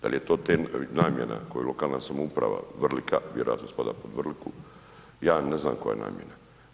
Da li je to namjena koju lokalna samouprava Vrlika, vjerojatno spada pod Vrliku, ja ne znam koja je namjena.